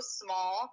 small